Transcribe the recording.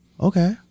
okay